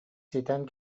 ситэн